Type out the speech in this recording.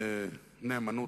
"אין נאמנות,